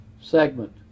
segment